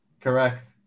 Correct